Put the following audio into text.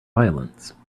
violence